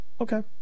Okay